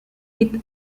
with